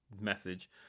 message